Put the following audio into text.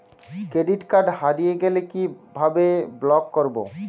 Credit card হারিয়ে গেলে কি ভাবে ব্লক করবো?